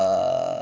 err